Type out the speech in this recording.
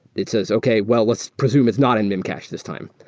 it says, okay. well, let's presume it's not in memcached this time.